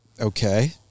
Okay